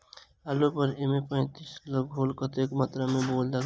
आलु पर एम पैंतालीस केँ घोल कतेक मात्रा मे देबाक चाहि?